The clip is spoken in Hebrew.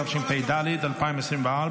התשפ"ד 2024,